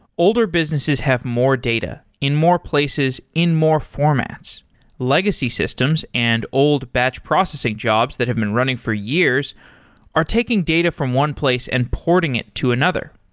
older businesses have more data, in more places, in more formats legacy systems and old batch processing jobs that have been running for years are taking data from one place and porting it to another.